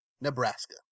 Nebraska